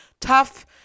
Tough